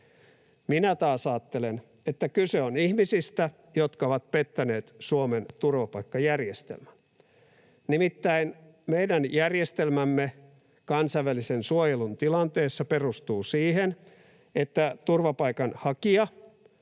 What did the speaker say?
Minä taas ajattelen, että kyse on ihmisistä, jotka ovat pettäneet Suomen turvapaikkajärjestelmän. Nimittäin meidän järjestelmämme kansainvälisen suojelun tilanteessa perustuu siihen, että turvapaikanhakija